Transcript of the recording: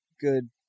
good